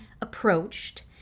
approached